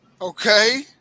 Okay